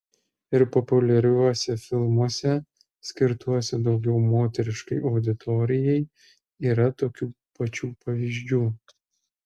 ir populiariuose filmuose skirtuose daugiau moteriškai auditorijai yra tokių pačių pavyzdžių